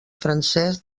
francès